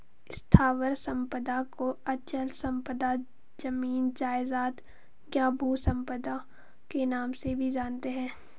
स्थावर संपदा को अचल संपदा, जमीन जायजाद, या भू संपदा के नाम से भी जानते हैं